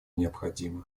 необходима